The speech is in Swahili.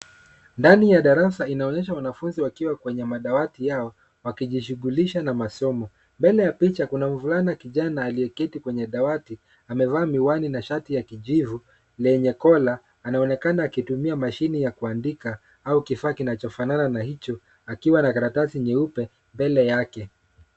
Ndani ya darasa inaonyesha wanafunzi wakiwa kwenye madawati yao wakijishughulisha na masomo. Mbele ya picha, kuna mvulana kijana aliyeketi kwenye dawati, amevaa miwani na shati ya kijivu lenye kola, anaonekana akitumia mashini ya kuandika au kifaa kinachofanana na hicho akiwa na karatasi nyeupe mbele yake.